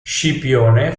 scipione